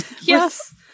Yes